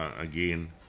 again